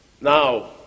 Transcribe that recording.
Now